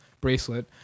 bracelet